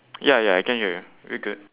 ya ya I can hear you're good